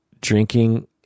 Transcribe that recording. drinking